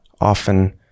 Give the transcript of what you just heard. often